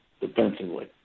defensively